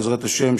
בעזרת השם,